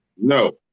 No